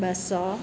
ॿ सौ